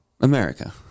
America